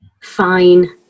Fine